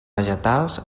vegetals